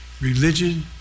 religion